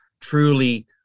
truly